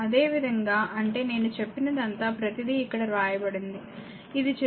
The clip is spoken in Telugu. అదేవిధంగా అంటే నేను చెప్పినదంతా ప్రతిదీ ఇక్కడ వ్రాయబడింది ఇది చిత్రం 1